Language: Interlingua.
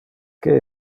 que